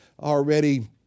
already